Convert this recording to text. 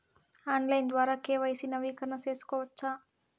Online ద్వారా KYC నవీకరణ సేసుకోవచ్చా?